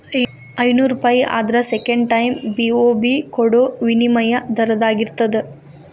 ಐನೂರೂಪಾಯಿ ಆದ್ರ second time BOB ಕೊಡೋ ವಿನಿಮಯ ದರದಾಗಿರ್ತದ